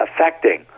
affecting